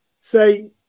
say –